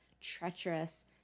treacherous